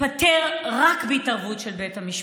ייפתר רק בהתערבות של בית המשפט.